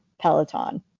Peloton